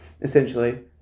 essentially